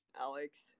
Alex